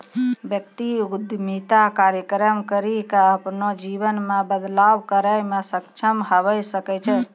व्यक्ति उद्यमिता कार्यक्रम करी के अपनो जीवन मे बदलाव करै मे सक्षम हवै सकै छै